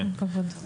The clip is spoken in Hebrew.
כל הכבוד.